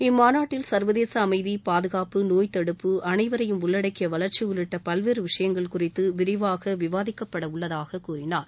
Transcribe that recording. இம்மாநாட்டில் சர்வதேச அமைதி பாதுகாப்பு நோய் தடுப்பு அனைவரையும் உள்ளிட்டக்கிய வளர்ச்சி உள்ளிட்ட பல்வேறு விஷயங்கள் குறித்து விரிவாக விவாதிக்கப்பட உள்ளதாக கூறினார்